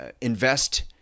invest